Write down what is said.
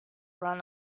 run